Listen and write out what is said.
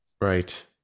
Right